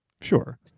Sure